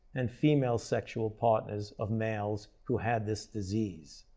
and female sexual partners of males who had this disease.